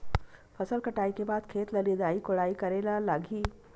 फसल कटाई के बाद खेत ल निंदाई कोडाई करेला लगही?